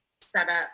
setup